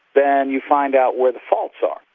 then you find out where the faults are.